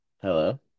hello